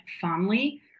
fondly